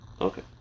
Okay